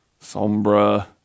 Sombra